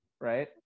right